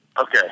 Okay